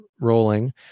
rolling